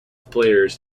players